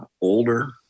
older